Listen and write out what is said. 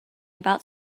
about